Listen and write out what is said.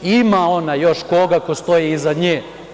Ima ona još koga ko stoji iza nje.